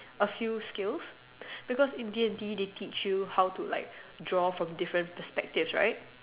a few skills because in D and T they teach you how to draw from different perspectives right